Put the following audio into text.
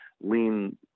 lean